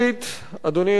אדוני היושב-ראש,